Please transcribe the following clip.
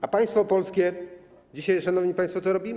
A państwo polskie dzisiaj, szanowni państwo, co robi?